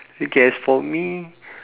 okay as for me